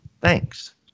Thanks